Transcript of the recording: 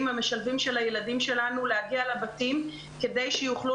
המשלבים של הילדים שלנו להגיע לבתים כדי שיוכלו